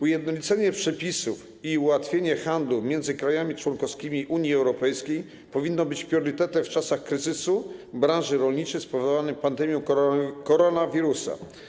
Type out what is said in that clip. Ujednolicenie przepisów i ułatwienie handlu między krajami członkowskimi Unii Europejskiej powinno być priorytetem w czasach kryzysu branży rolniczej spowodowanej pandemią koronawirusa.